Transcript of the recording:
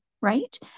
right